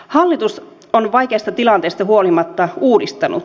hallitus on vaikeasta tilanteesta huolimatta uudistanut